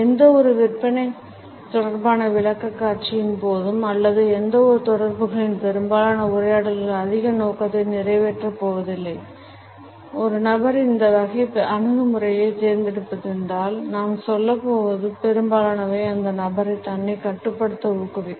எந்தவொரு விற்பனை தொடர்பான விளக்கக்காட்சிகளின்போதும் அல்லது எந்தவொரு தொடர்புகளிலும் பெரும்பாலான உரையாடல்கள் அதிக நோக்கத்தை நிறைவேற்றப் போவதில்லை நபர் இந்த வகை அணுகுமுறையைத் தேர்ந்தெடுத்திருந்தால் நாம் சொல்லப்போவது பெரும்பாலானவை அந்த நபரை தன்னை கட்டுப்படுத்த ஊக்குவிக்கும்